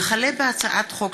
הצעת חוק